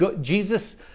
Jesus